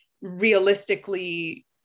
realistically